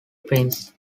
prince